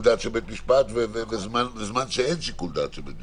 דעת של בית המשפט בזמן שאין שיקול דעת של בית המשפט.